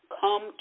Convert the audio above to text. come